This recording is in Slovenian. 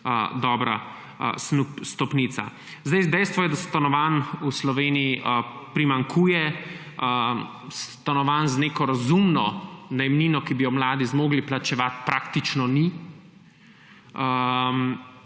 dobra stopnica. Dejstvo je, da stanovanj v Sloveniji primanjkuje. Stanovanj z neko razumno najemnino, ki bi jo mladi zmogli plačevati, praktično ni.